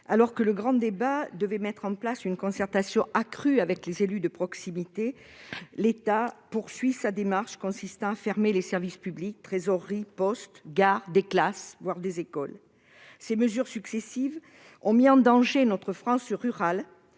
être l'occasion de mettre en place une concertation accrue avec les élus de proximité, l'État poursuit sa démarche consistant à fermer les services publics : trésoreries, postes, gares, classes, voire écoles. Ces mesures successives ont mis en danger notre France rurale